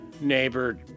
neighbor